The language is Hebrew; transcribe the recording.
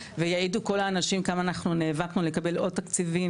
ויעידו כל האנשים כמה נאבקנו אנחנו לקבל עוד תקציבים.